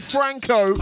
Franco